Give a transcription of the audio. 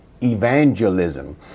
evangelism